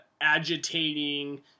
agitating